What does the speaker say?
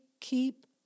keep